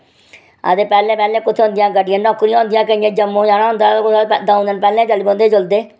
ते पैह्लें पैह्लें कुत्थें होंदियां गड्डियां नौकरियां कुदै जम्मू जाना होंदा हा ते दौं दिन पैह्लें चली पौंदे हे जुल्लदे